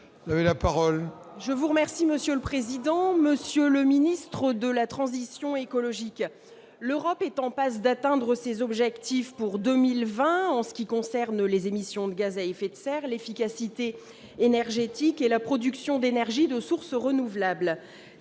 en marche. Monsieur le ministre d'État, ministre de la transition écologique et solidaire, « l'Europe est en passe d'atteindre ses objectifs pour 2020 en ce qui concerne les émissions de gaz à effet de serre, l'efficacité énergétique et la production d'énergie de sources renouvelables